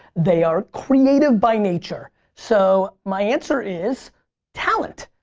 they are creative by nature. so my answer is talent.